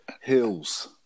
hills